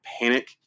panic